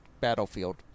Battlefield